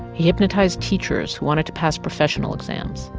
he hypnotized teachers who wanted to pass professional exams.